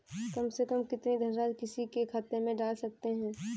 कम से कम कितनी धनराशि किसी के खाते में डाल सकते हैं?